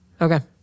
Okay